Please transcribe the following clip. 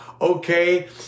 Okay